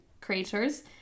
creators